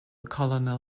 colonel